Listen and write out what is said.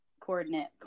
coordinate